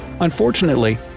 Unfortunately